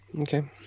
Okay